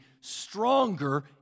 stronger